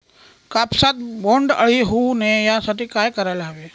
कापसात बोंडअळी होऊ नये यासाठी काय करायला हवे?